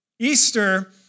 Easter